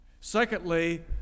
Secondly